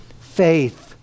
faith